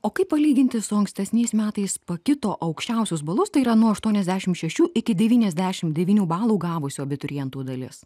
o kaip palyginti su ankstesniais metais pakito aukščiausius balus tai yra nuo aštuoniasdešimt šešių iki devyniasdešim devynių balų gavusių abiturientų dalis